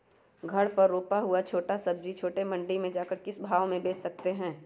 घर पर रूपा हुआ सब्जी छोटे मंडी में जाकर हम किस भाव में भेज सकते हैं?